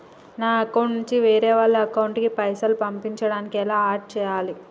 నా అకౌంట్ నుంచి వేరే వాళ్ల అకౌంట్ కి పైసలు పంపించడానికి ఎలా ఆడ్ చేయాలి?